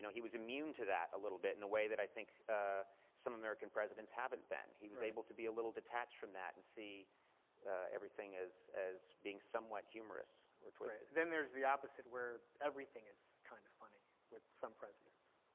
so he was immune to that a little bit, in a way that i think some american presidents haven't been. he was able to be a little detached from that, and see everything is as being somewhat humorous or twisted. wesley morris then there's the opposite, where everything is kind of funny with some presidents.